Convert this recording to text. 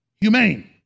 humane